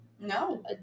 No